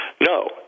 No